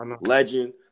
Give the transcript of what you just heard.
legend